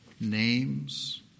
names